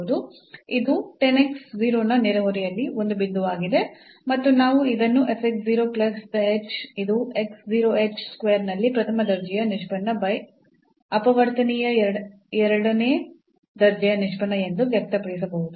ಇದು 10 x 0 ನ ನೆರೆಹೊರೆಯಲ್ಲಿ ಒಂದು ಬಿಂದುವಾಗಿದೆ ಮತ್ತು ನಾವು ಇದನ್ನು f x 0 plus the h ಇದು x 0 h square ನಲ್ಲಿ ಪ್ರಥಮ ದರ್ಜೆಯ ನಿಷ್ಪನ್ನ ಬೈ ಅಪವರ್ತನೀಯ 2 ಎರಡನೇ ದರ್ಜೆಯ ನಿಷ್ಪನ್ನ ಎಂದು ವ್ಯಕ್ತಪಡಿಸಬಹುದು